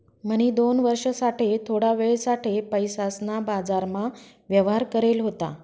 म्हणी दोन वर्ष साठे थोडा वेळ साठे पैसासना बाजारमा व्यवहार करेल होता